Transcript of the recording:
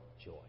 joy